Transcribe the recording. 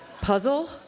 puzzle